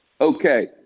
Okay